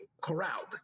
corralled